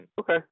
okay